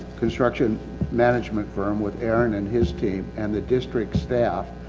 construction management firm, with aaron and his team and the district staff.